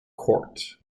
court